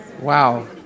Wow